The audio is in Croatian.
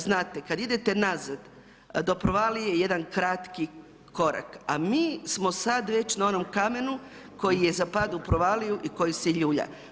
Znate kad idete nazad do provalije je jedan kratki korak, a mi smo sad već na onom kamenu koji je za pad u provaliju i koji se ljulja.